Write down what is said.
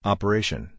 Operation